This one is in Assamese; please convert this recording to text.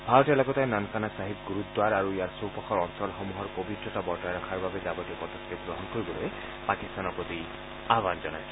ভাৰতে লগতে নানকানা ছাহিব গুৰুদ্বাৰ আৰু ইয়াৰ চৌপাশৰ অঞ্চলসমূহৰ পৱিত্ৰতা বৰ্তাই ৰখাৰ বাবে যাৱতীয় পদক্ষেপ গ্ৰহণ কৰিবলৈ পাকিস্তানৰ প্ৰতি আহ্বান জনাইছে